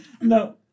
No